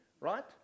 right